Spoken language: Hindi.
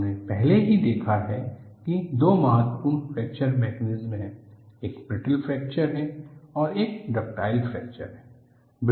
हमने पहले ही देखा है कि दो महत्वपूर्ण फ्रैक्चर मैकेनिज्मस हैं एक ब्रिटल फ्रैक्चर है और एक डक्टाइल फ्रैक्चर है